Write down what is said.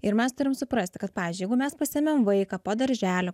ir mes turim suprasti kad pavyzdžiui jeigu mes pasiėmėm vaiką po darželio